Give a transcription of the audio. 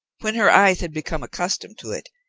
when her eyes had become accustomed to it,